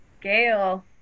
Gail